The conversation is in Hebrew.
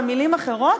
במילים אחרות,